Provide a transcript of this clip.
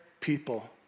people